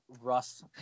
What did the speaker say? Russ